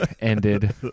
ended